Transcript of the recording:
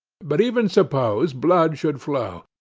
but even suppose blood should flow.